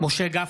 משה גפני,